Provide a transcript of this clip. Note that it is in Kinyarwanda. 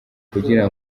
kugira